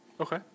okay